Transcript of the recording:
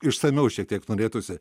išsamiau šiek tiek norėtųsi